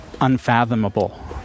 unfathomable